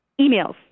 emails